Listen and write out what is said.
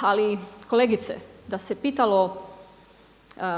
ali kolegice da se pitalo